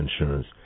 insurance